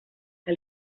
que